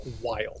wild